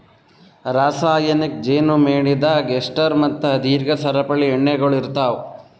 ರಾಸಾಯನಿಕ್ ಜೇನು ಮೇಣದಾಗ್ ಎಸ್ಟರ್ ಮತ್ತ ದೀರ್ಘ ಸರಪಳಿ ಎಣ್ಣೆಗೊಳ್ ಇರ್ತಾವ್